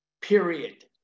period